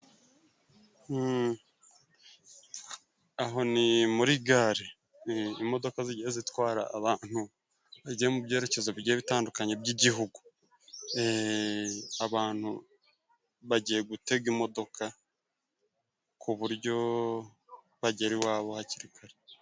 Aho ni muri gare, imodoka zigiye zitwara abantu bagiye mu byerekezo bigenda bitandukanye by'igihugu .abantu bagiye gutega imodoka ku buryo bagera iwabo hakiri kare.